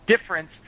difference